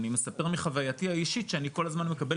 אני מספר מחווייתי האישית שאני כל הזמן מקבל